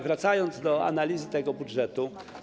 Wracam do analizy tego budżetu.